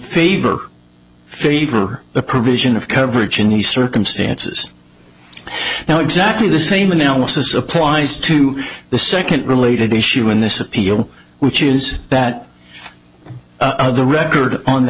favor favor the provision of coverage in these circumstances now exactly the same analysis applies to the second related issue in this appeal which is that the record on the